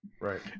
Right